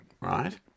right